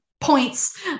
points